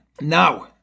Now